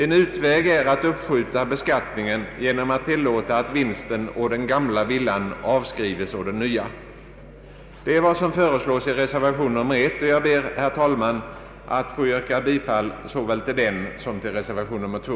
En utväg är att uppskjuta beskattningen genom att tillåta att vinsten å den gamla villan avskrives å den nya.” Det är vad som föreslås i reservation nr 1, och jag ber, herr talman, att få yrka bifall såväl till denna som till reservation nr 2.